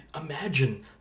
imagine